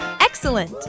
Excellent